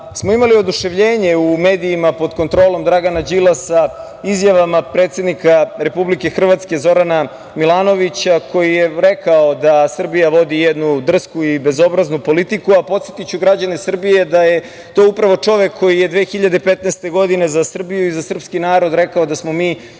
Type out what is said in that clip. smo imali oduševljenje u medijima pod kontrolom Dragana Đilasa izjavama predsednika Republike Hrvatske, Zorana Milanovića, koji je rekao da Srbija vodi jednu drsku i bezobraznu politiku. Podsetiću građane Srbije da je to upravo čovek koji je 2015. godine za Srbiju i za srpski narod rekao da smo mi